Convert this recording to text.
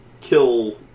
kill